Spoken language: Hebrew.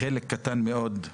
חלק קטן מאוד,